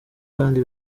kandi